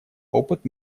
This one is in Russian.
опыт